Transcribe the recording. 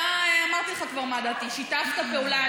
אתה, כבר אמרתי לך מה דעתי, שיתפת פעולה.